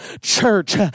church